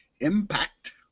Impact